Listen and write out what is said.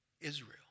Israel